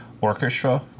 orchestra